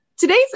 Today's